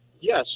Yes